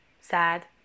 sad